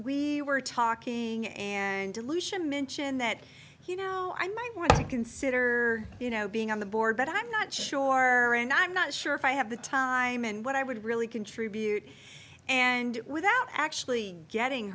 we were talking and dilution mentioned that he now i might want to consider you know being on the board but i'm not sure and i'm not sure if i have the time and what i would really contribute and without actually getting